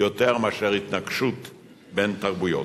יותר מאשר התנגשות בין תרבויות.